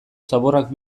zaborrak